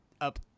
up